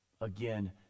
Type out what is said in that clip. Again